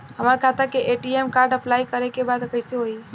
हमार खाता के ए.टी.एम कार्ड अप्लाई करे के बा कैसे होई?